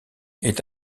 est